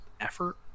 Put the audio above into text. effort